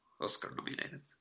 Oscar-nominated